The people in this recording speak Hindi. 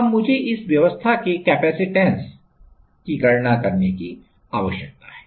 अब मुझे इस व्यवस्था के केपिसिटेन्स की गणना करने की आवश्यकता है